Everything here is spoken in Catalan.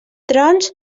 trons